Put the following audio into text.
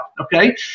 okay